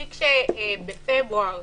תיק שבפברואר